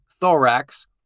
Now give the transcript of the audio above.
thorax